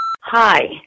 Hi